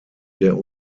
der